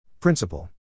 Principle